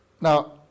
Now